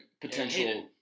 potential